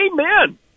Amen